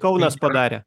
kaunas padarė